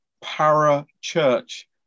para-church